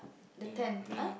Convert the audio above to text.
the tent !huh!